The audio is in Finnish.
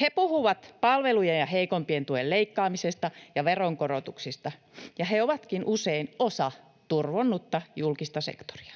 He puhuvat palvelujen ja heikompien tuen leikkaamisesta ja veronkorotuksista, ja he ovatkin usein osa turvonnutta julkista sektoria.